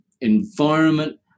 environment